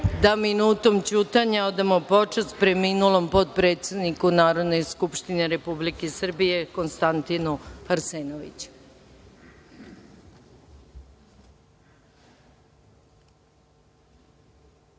da minutom ćutanja odamo počast preminulom potpredsedniku Narodne skupštine Republike Srbije, Konstantinu Arsenoviću. Slava